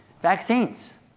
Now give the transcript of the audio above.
Vaccines